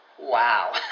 wow